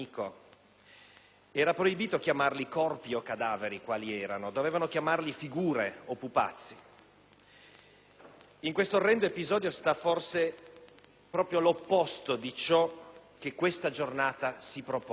era proibito chiamarli corpi o cadaveri, quali erano; dovevano chiamarli figure o pupazzi. In quest'orrendo episodio sta forse proprio l'opposto di ciò che questa giornata si propone.